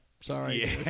Sorry